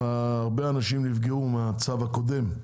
הרבה אנשים נפגעו מהצו הקודם,